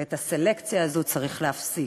ואת הסלקציה הזו צריך להפסיק.